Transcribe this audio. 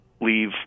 leave